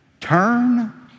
Turn